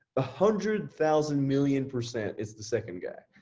a hundred thousand million percent is the second guy.